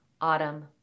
autumn